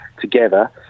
together